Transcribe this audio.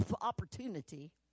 opportunity